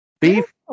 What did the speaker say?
beef